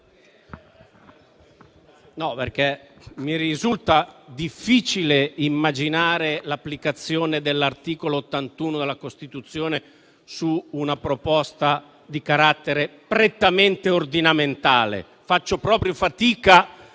Mi risulta difficile immaginare l'applicazione dell'articolo 81 della Costituzione su una proposta di carattere prettamente ordinamentale. Faccio proprio fatica